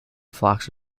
flocks